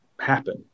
happen